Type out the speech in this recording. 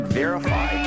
verify